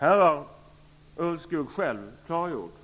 Här har Ulvskog själv klargjort